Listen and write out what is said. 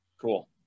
cool